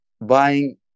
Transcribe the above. buying